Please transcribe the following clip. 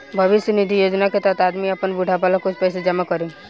भविष्य निधि योजना के तहत आदमी आपन बुढ़ापा ला कुछ पइसा जमा करी